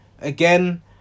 again